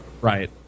right